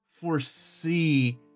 foresee